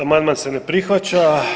Amandman se ne prihvaća.